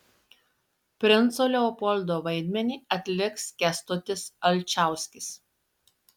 princo leopoldo vaidmenį atliks kęstutis alčauskis